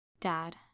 dad